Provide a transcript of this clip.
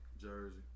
Jersey